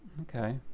Okay